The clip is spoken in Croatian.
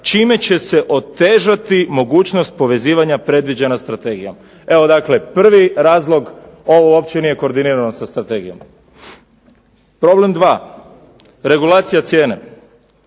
čime će se otežati mogućnost povezivanja predviđena strategijom. Evo dakle prvi razlog ovo uopće nije koordinirano sa strategijom. Problem dva, regulacija cijene.